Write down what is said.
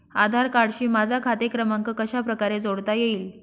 आधार कार्डशी माझा खाते क्रमांक कशाप्रकारे जोडता येईल?